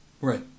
right